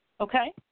Okay